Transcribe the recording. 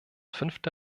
fünfte